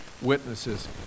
witnesses